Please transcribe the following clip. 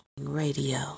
Radio